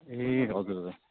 ए हजुर हजुर